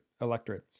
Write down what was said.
electorate